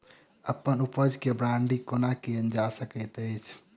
अप्पन उपज केँ ब्रांडिंग केना कैल जा सकैत अछि?